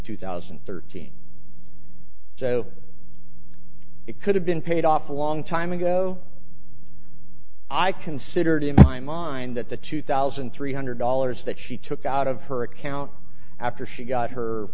two thousand and thirteen so it could have been paid off a long time ago i considered in my mind that the two thousand three hundred dollars that she took out of her account after she got her